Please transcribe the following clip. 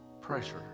pressure